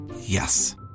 Yes